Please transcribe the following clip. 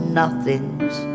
nothing's